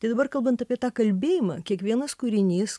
tai dabar kalbant apie tą kalbėjimą kiekvienas kūrinys